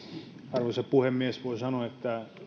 arvoisa puhemies voi sanoa että